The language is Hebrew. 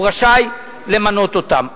הוא רשאי למנות אותם.